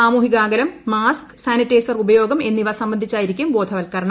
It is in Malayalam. സാമൂഹിക അകലം മാസ്ക് സാനിറ്റൈസർ ഉപയോഗം എന്നിവ സംബന്ധിച്ചായിരിക്കും ബോധവൽക്കരണം